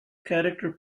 character